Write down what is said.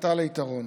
והפיכתה ליתרון,